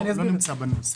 נמצאות בחוק.